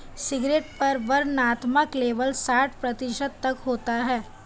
cigarette पर वर्णनात्मक label साठ प्रतिशत तक होता है